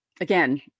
Again